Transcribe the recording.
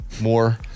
More